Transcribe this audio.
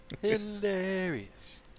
Hilarious